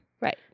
Right